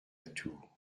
tour